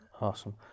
Awesome